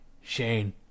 Shane